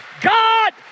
God